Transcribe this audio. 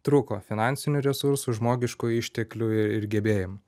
trūko finansinių resursų žmogiškųjų išteklių ir gebėjimų